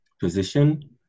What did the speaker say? position